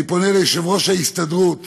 אני פונה ליושב-ראש ההסתדרות